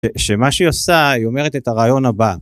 אה, שמה שהיא עושה, היא אומרת את הרעיון הבא.